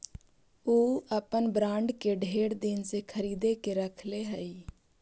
ऊ अपन बॉन्ड के ढेर दिन से खरीद के रखले हई